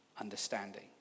understanding